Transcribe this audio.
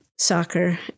Soccer